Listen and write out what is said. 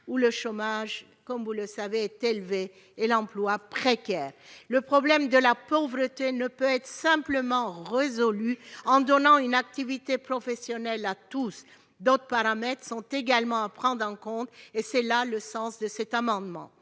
où le chômage est élevé et l'emploi précaire. Le problème de la pauvreté ne peut être simplement résolu en donnant une activité professionnelle à tous. D'autres paramètres doivent également être pris en compte ; c'est le sens de cet amendement.